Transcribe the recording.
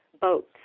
boats